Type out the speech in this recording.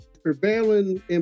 prevailing